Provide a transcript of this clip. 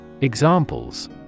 Examples